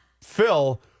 Phil